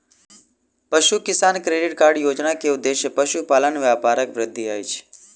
पशु किसान credit card योजना के उद्देश्य पशुपालन व्यापारक वृद्धि अछि